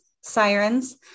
Sirens